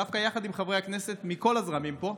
דווקא יחד עם חברי הכנסת מכל הזרמים פה,